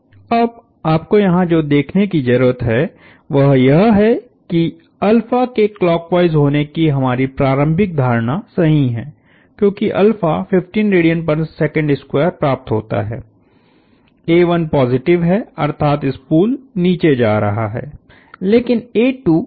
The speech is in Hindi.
अब आपको यहां जो देखने की जरूरत है वह यह है कि के क्लॉकवाइस होने की हमारी प्रारंभिक धारणा सही है क्योंकि प्राप्त होता है पॉजिटिव है अर्थात स्पूल नीचे जा रहा है